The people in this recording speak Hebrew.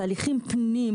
בתהליכים פנים,